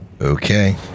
Okay